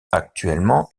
actuellement